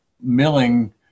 milling